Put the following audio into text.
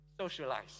Socialize